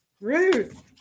Ruth